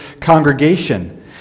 congregation